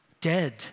dead